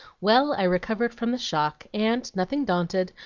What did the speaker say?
well, i recovered from the shock, and, nothing daunted,